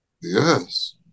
Yes